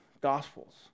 gospels